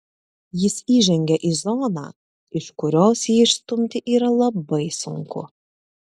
jis įžengia į zoną iš kurios jį išstumti yra labai sunku